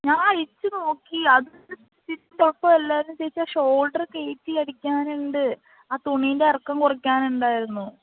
ഞാൻ ഇട്ടു നോക്കി അത് ചേച്ചി ആ ഷോൾഡർ കയറ്റിയടിക്കാൻ ഉണ്ട് ആ തൂണീൻ്റെ ഇറക്കം കുറയ്ക്കാനുണ്ടായിരുന്നു